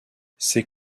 ces